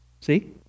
See